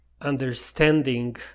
understanding